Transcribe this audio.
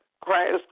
Christ